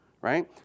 Right